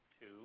two